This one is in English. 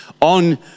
on